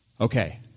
Okay